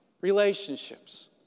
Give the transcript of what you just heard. relationships